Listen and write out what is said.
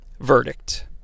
verdict